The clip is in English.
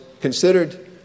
considered